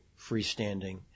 freestanding